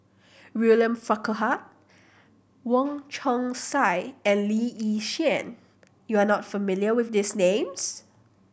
William Farquhar Wong Chong Sai and Lee Yi Shyan you are not familiar with these names